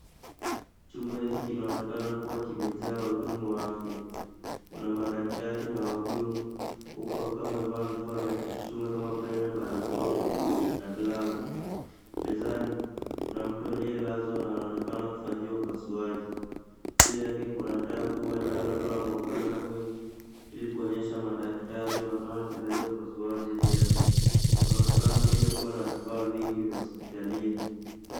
Chumba hiki kinaonekana kuwa kimejaa wahudumu wa afya. Kuna madaktari na wahudumu huku wakiwa wamevaa vifaa vya kujichunga kama barakoa na galvu. Mezani, kuna mtu aliyelazwa na anaonekana kufanyiwa upasauji. Juu yake kuna taa kubwa linalotoa mwangaza mwingi ili kuonyesha madaktari wanaoendelea upasuaji vyema. Kunaonekana pia kuwa na vifaa vingi vya hospitalini.